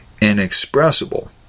inexpressible